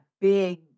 big